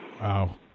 Wow